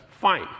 fine